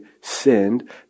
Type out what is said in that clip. sinned